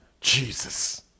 Jesus